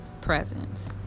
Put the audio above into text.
presence